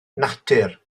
natur